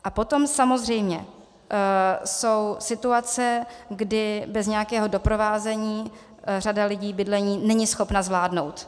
A potom samozřejmě jsou situace, kdy bez nějakého doprovázení řada lidí bydlení není schopna zvládnout.